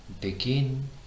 Begin